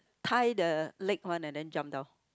tie the leg one and then jump down